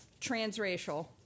transracial